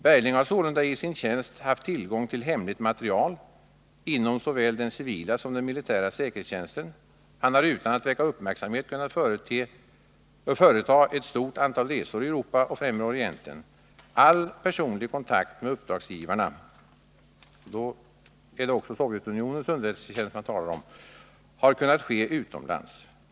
Bergling har sålunda i sin tjänst haft tillgång till hemligt material inom såväl den civila som den militära säkerhetstjänsten. Han har utan att väcka uppmärksamhet kunnat företa ett stort antal resor i Europa och Främre Orienten. All personlig kontakt med uppdragsgivarna” — då talar man också om Sovjetunionens underrättelsetjänst — ”har kunnat ske utomlands.